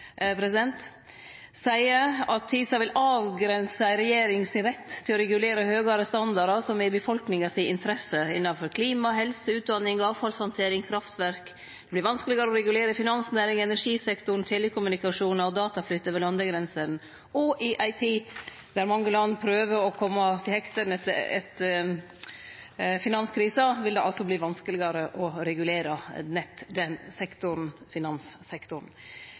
at TISA vil avgrense regjeringa sin rett til å regulere høgare standardar som er i befolkninga si interesse, innanfor klima, helse, utdanning, avfallshandtering og kraftverk. Det vert vanskelegare å regulere finansnæringa, energisektoren, telekommunikasjonar og dataflyt over landegrensene. Og i ei tid der mange land prøver å kome til hektene etter finanskrisa, vil det altså verte vanskelegare å regulere nett den sektoren – finanssektoren.